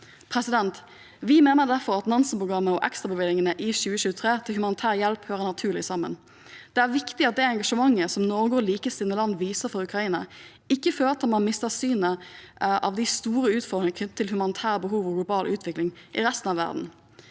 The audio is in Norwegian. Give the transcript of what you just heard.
Vi mener derfor at Nansen-programmet og ekstrabevilgningene i 2023 til humanitær hjelp hører naturlig sammen. Det er viktig at det engasjementet som Norge og likesinnede land viser for Ukraina, ikke fører til at man mister av syne de store utfordringene knyttet til humanitære behov og global utvikling i resten av verden.